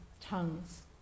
tongues